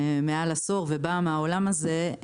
וכמי שבאה מהעולם הזה,